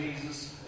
Jesus